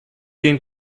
gain